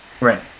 Right